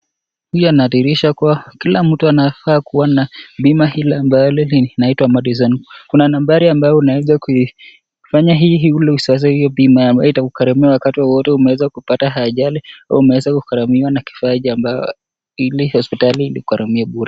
Huyu anadihirisha kuwa, kila mtu anafaa kuwa na bima ili angali ile inaitwa (cs)medicine (cs), habari ile unaeza fanya hii ya bima itakugaramia wakati wowote umeweza kupata hajali, au umeweza kugaramiwa na kifaa ambacho ile hospitali ilikugaramia bure.